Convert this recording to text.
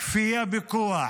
הכפייה בכוח